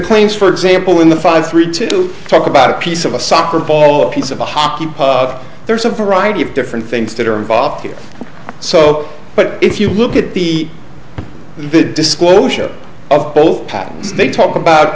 claims for example in the five three to talk about a piece of a soccer ball a piece of a hockey puck there's a variety of different things that are involved here so but if you look at the disclosure of both patterns they talk about